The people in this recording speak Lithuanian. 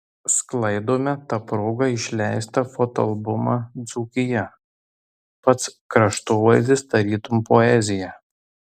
sklaidome ta proga išleistą fotoalbumą dzūkija pats kraštovaizdis tarytum poezija